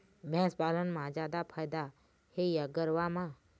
भैंस पालन म जादा फायदा हे या गरवा म?